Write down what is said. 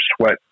sweat